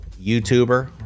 YouTuber